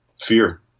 fear